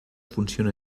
funciona